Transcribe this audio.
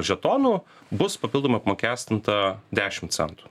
žetonu bus papildomai apmokestinta dešimt centų